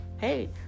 Hey